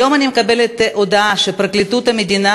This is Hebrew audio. היום אני מקבלת הודעה שפרקליטות המדינה